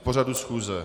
Z pořadu schůze.